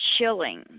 chilling